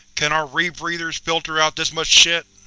can our rebreathers filter out this much shit?